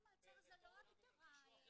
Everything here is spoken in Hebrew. חלופת מעצר זה לא הגדרה --- לא,